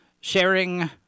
sharing